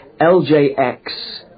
L-J-X